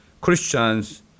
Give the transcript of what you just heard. Christians